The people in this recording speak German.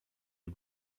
die